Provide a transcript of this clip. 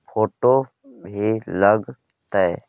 Photo भी लग तै?